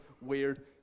Weird